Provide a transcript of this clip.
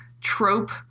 trope